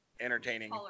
entertaining